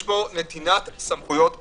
יש פה נתינת סמכויות שיפוט,